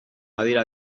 badira